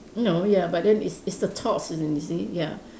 no ya but then it's it's the thoughts as in you see ya